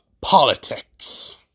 Politics